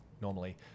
normally